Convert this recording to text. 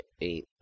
eight